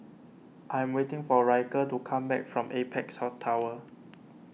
I am waiting for Ryker to come back from Apex Tower